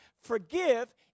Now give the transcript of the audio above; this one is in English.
forgive